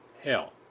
hell